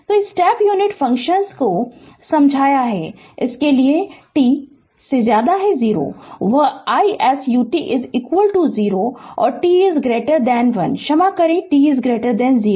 तो step unit function को समझाया है कि इसके लिये t 0 वह isut 0 और t 1 क्षमा करें t 0 वह ut 1